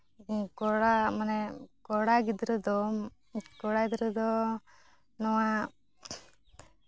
ᱠᱚᱲᱟ ᱢᱟᱱᱮ ᱠᱚᱲᱟ ᱜᱤᱫᱽᱨᱟᱹ ᱫᱚ ᱠᱚᱲᱟ ᱜᱤᱫᱽᱨᱟᱹ ᱫᱚ ᱱᱚᱣᱟ